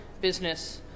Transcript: business